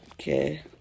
Okay